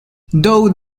though